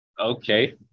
Okay